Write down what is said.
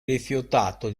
rifiutato